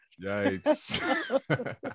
yikes